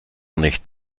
nicht